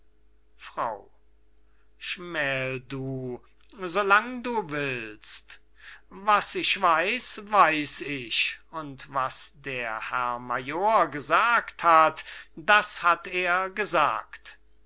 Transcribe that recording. frau schmähl du so lang du willst was ich weiß weiß ich und was der herr major gesagt hat das hat er gesagt